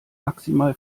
maximal